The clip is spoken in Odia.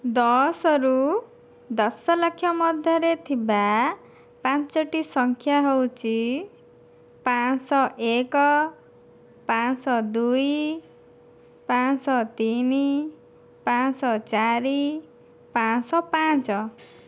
ଦଶରୁ ଦଶ ଲକ୍ଷ ମଧ୍ୟରେ ଥିବା ପାଞ୍ଚଟି ସଂଖ୍ୟା ହେଉଛି ପାଞ୍ଚଶହ ଏକ ପାଞ୍ଚଶହ ଦୁଇ ପାଞ୍ଚଶହ ତିନି ପାଞ୍ଚଶହ ଚାରି ପାଞ୍ଚଶହ ପାଞ୍ଚ